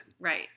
Right